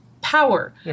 power